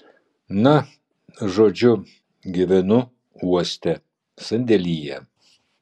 na žodžiu gyvenu uoste sandėlyje